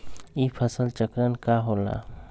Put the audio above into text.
ई फसल चक्रण का होला?